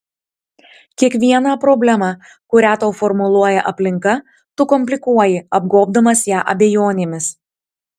kiekvieną problemą kurią tau formuluoja aplinka tu komplikuoji apgobdamas ją abejonėmis